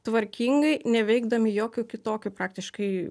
tvarkingai neveikdami jokių kitokių praktiškai